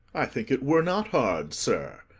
i think it were not hard sir,